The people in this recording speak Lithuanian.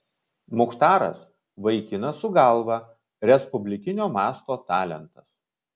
muchtaras vaikinas su galva respublikinio masto talentas